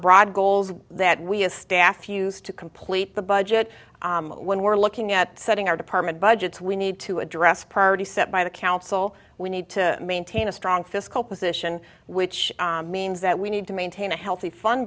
d goals that we as staff use to complete the budget when we're looking at setting our department budgets we need to address party set by the council we need to maintain a strong fiscal position which means that we need to maintain a healthy fun